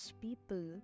people